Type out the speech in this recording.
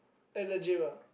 at the gym ah